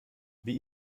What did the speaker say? wie